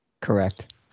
Correct